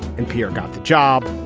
npr got the job.